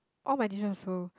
all my teachers also